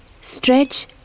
Stretch